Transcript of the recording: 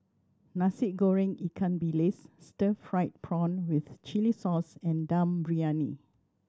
Nasi Goreng ikan bilis stir fried prawn with chili sauce and Dum Briyani